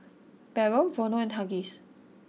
Barrel Vono and Huggies